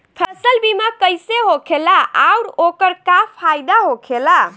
फसल बीमा कइसे होखेला आऊर ओकर का फाइदा होखेला?